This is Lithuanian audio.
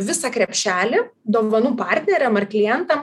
visą krepšelį dovanų partneriam ar klientam